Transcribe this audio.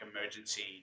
emergency